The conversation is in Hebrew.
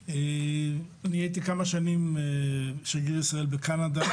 אני הייתי כמה שנים שגריר ישראל בקנדה,